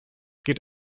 geht